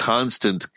constant